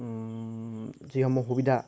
যিসমূহ সুবিধা